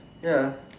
ya